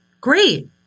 Great